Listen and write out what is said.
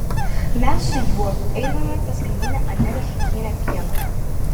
mes su juo eidavome pas kaimynę anelę šukienę pieno